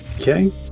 Okay